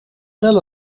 wel